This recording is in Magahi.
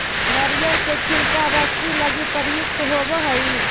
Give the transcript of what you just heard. नरियर के छिलका रस्सि लगी प्रयुक्त होवऽ हई